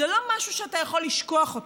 זה לא משהו שאתה יכול לשכוח אותו.